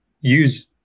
use